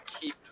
keep